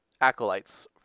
Acolytes